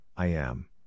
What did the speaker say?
IAM